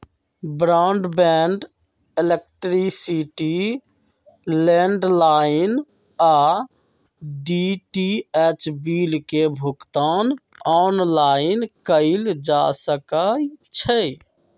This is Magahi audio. ब्रॉडबैंड, इलेक्ट्रिसिटी, लैंडलाइन आऽ डी.टी.एच बिल के भुगतान ऑनलाइन कएल जा सकइ छै